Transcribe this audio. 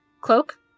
cloak